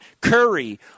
Curry –